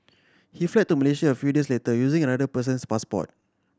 he fled to Malaysia a few days later using another person's passport